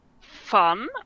fun